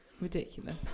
ridiculous